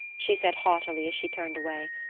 she said haughtily as she turned away.